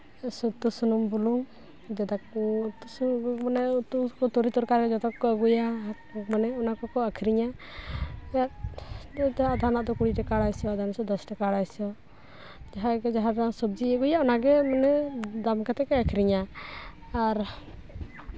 ᱩᱛᱩ ᱥᱩᱱᱩᱢ ᱵᱩᱞᱩᱝ ᱢᱟᱱᱮ ᱩᱛᱩ ᱠᱚ ᱛᱩᱲᱤ ᱛᱚᱨᱠᱟᱨᱤ ᱡᱚᱛᱚ ᱜᱮᱠᱚ ᱟᱹᱜᱩᱭᱟ ᱢᱟᱱᱮ ᱚᱱᱟ ᱠᱚᱠᱚ ᱟᱹᱠᱷᱨᱤᱧᱟ ᱟᱫᱷᱚᱢ ᱟᱜ ᱫᱚ ᱠᱩᱲᱤ ᱴᱟᱠᱟ ᱟᱲᱟᱭᱥᱚ ᱟᱫᱷᱚᱢ ᱡᱚᱠᱷᱚᱡ ᱫᱚᱥᱴᱟᱠᱟ ᱟᱲᱟᱭᱥᱚ ᱡᱟᱦᱟᱸᱭ ᱜᱮ ᱡᱟᱦᱟᱸᱴᱟᱜ ᱥᱚᱵᱡᱤ ᱟᱹᱜᱩᱭᱟ ᱚᱱᱟᱜᱮ ᱢᱟᱱᱮ ᱫᱟᱢ ᱠᱟᱛᱮ ᱜᱮ ᱟᱹᱠᱷᱨᱤᱧᱟ ᱟᱨ